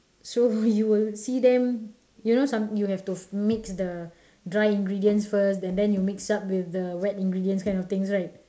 so you'll see them you know some you have to mix the dry ingredients first and then you mix up with the wet ingredients kind of things right